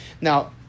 Now